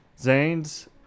Zane's